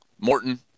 Morton